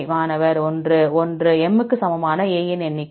மாணவர் 1 1 M க்கு சமமான A இன் எண்ணிக்கை